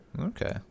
Okay